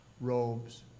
robes